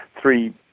three